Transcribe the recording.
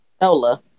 Nola